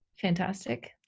Fantastic